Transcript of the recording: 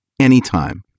anytime